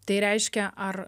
tai reiškia ar